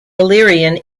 illyrian